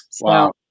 Wow